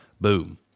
boom